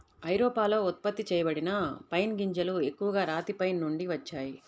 ఐరోపాలో ఉత్పత్తి చేయబడిన పైన్ గింజలు ఎక్కువగా రాతి పైన్ నుండి వచ్చాయి